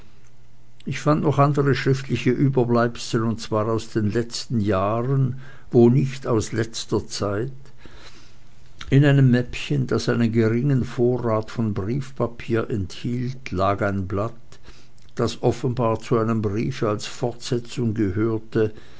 ich fand noch andere schriftliche überbleibsel und zwar aus den letzten jahren wo nicht aus letzter zeit in einem mäppchen das einen geringen vorrat von briefpapier enthielt lag ein blatt das offenbar zu einem briefe als fortsetzung gehörte